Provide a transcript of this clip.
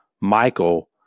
Michael